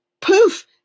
poof